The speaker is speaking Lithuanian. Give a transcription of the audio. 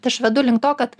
tai aš vedu link to kad